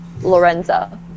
Lorenza